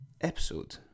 episode